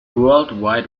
world